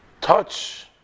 touch